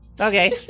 Okay